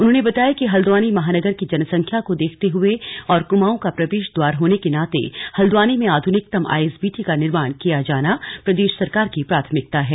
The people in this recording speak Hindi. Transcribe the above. उन्होंने बताया कि हल्द्वानी महानगर की जनसंख्या को देखते हुए और कुमाऊं का प्रवेश द्वार होने के नाते हल्द्वानी में आधुनिकतम आईएसबीटी का निर्माण किया जाना प्रदेश सरकार की प्राथमिकता है